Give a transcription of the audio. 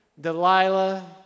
Delilah